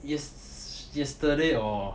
yest~ yesterday orh